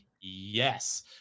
yes